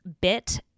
bit